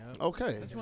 Okay